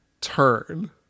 turn